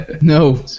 no